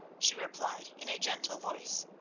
she replied in a gentle voice.